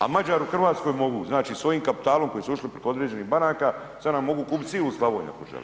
A Mađari u Hrvatskoj mogu, znači svojim kapitalom kojim su ušli preko određenih banaka sad nam mogu kupit cilu Slavoniju ako žele.